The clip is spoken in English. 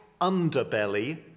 underbelly